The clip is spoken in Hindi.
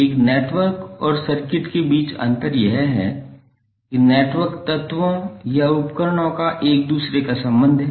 एक नेटवर्क और सर्किट के बीच अंतर यह है कि नेटवर्क तत्वों या उपकरणों का एक दूसरे का संबंध है